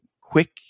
quick